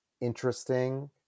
interesting